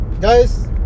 guys